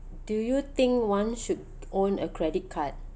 do you think one should own a credit card